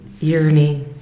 yearning